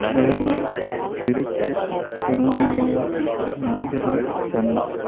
Salem Tiruchi Tiruvannamalai Madurai Chennai